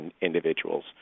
individuals